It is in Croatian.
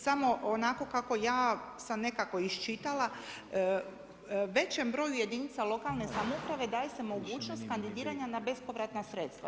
Samo onako kako ja sam nekako iščitala većem broju jedinica lokalne samouprave daje se mogućnost kandidiranja na bespovratna sredstva.